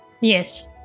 Yes